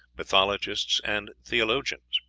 mythologists, and theologians.